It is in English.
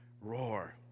roar